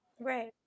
Right